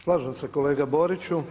Slažem se kolega Boriću.